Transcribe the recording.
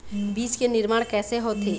बीज के निर्माण कैसे होथे?